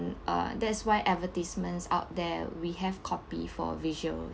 and uh that's why advertisements out there we have copy for visual